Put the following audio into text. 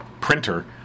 printer